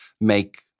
make